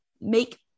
make